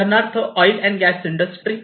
उदाहरणार्थ oil and gas industry